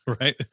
Right